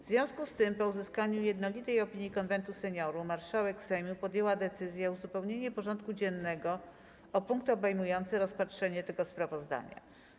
W związku z tym, po uzyskaniu jednolitej opinii Konwentu Seniorów, marszałek Sejmu podjęła decyzję o uzupełnieniu porządku dziennego o punkt obejmujący rozpatrzenie tego sprawozdania.